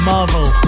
Marvel